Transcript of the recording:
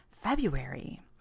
February